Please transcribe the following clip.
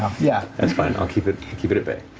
yeah that's fine, i'll keep it keep it at bay.